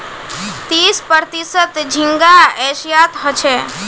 तीस प्रतिशत झींगा एशियात ह छे